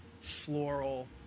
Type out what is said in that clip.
floral